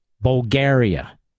Bulgaria